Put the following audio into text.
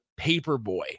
Paperboy